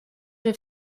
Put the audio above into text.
have